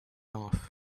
off